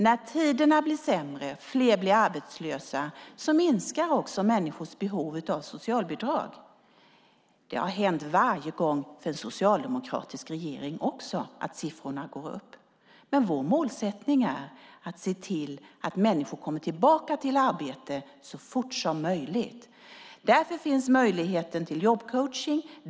När tiderna blir sämre och fler blir arbetslösa ökar människors behov av socialbidrag. Att siffrorna går upp har hänt för socialdemokratiska regeringar också. Vår målsättning är att se till att människor kommer tillbaka till arbete så fort som möjligt. Därför finns möjligheten till jobbcoachning.